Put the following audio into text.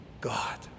God